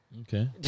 okay